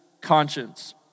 conscience